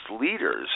leaders